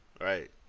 right